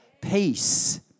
Peace